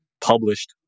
published